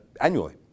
annually